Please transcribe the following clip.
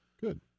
Good